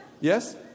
yes